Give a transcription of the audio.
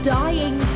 dying